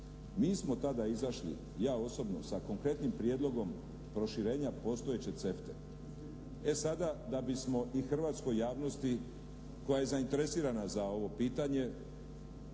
Mi smo tada izašli, ja osobno, sa konkretnim prijedlogom proširenja postojeće CEFTA-e. E sada, da bismo i hrvatskoj javnosti koja je zainteresirana za ovo pitanje,